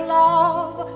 love